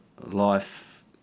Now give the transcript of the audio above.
life